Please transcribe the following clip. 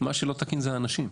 מה שלא תקין זה האנשים.